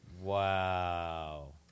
Wow